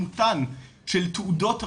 להיעלמותם של תעודות רבות,